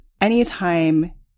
anytime